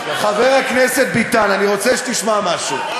חבר הכנסת ביטן, אני רוצה שתשמע משהו.